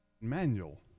manual